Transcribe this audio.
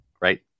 right